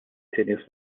tennis